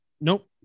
Nope